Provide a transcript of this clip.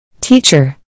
Teacher